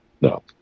No